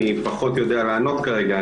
אני פחות יותר לענות כרגע.